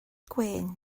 gwên